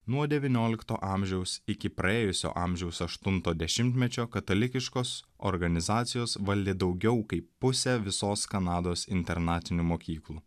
nuo devyniolikto amžiaus iki praėjusio amžiaus aštunto dešimtmečio katalikiškos organizacijos valdė daugiau kaip pusę visos kanados internatinių mokyklų